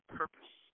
purpose